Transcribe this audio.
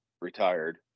retired